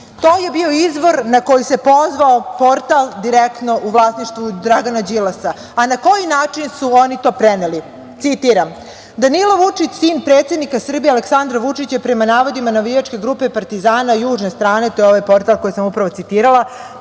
To je bio izvor na koji se pozvao portal Direktno u vlasništvu Dragana Đilasa. Na koji način su oni to preneli? Citiram: „Danilo Vučić, sin predsednika Srbije Aleksandra Vučića, prema navodima navijačke grupe Partizana južne strane – to je ovaj portal koji sam upravo citirala